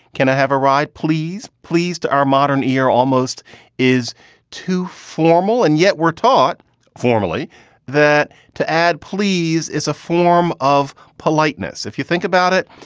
can i have a ride? please, please? to our modern ear almost is too formal, and yet we're taught formally that to add please is a form of politeness if you think about it.